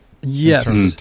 Yes